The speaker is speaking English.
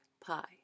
pie